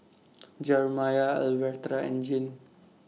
Jerimiah Alverta and Jean